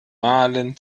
malen